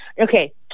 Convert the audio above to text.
Okay